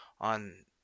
on